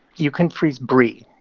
you can freeze brie,